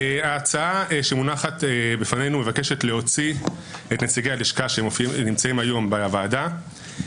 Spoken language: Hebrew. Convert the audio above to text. ההצעה שמונחת בפנינו מבקשת להוציא את נציגי הלשכה שנמצאים היום בוועדה.